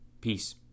Peace